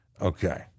Okay